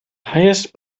highest